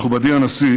מכובדי הנשיא,